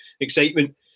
excitement